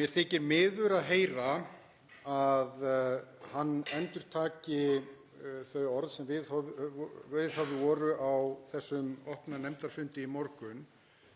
Mér þykir miður að heyra að hann endurtaki þau orð sem viðhöfð voru á þessum opna nefndarfundi í morgun